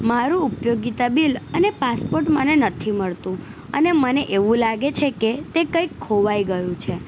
મારું ઉપયોગીતા બિલ અને પાસપોટ મને નથી મળતું અને મને એવું લાગે છે કે તે કંઈક ખોવાઈ ગયું છે